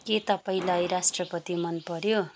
के तपाईँलाई राष्ट्रपति मनपऱ्यो